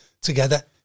together